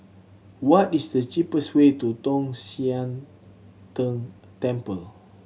what is the cheapest way to Tong Sian Tng Temple